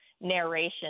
narration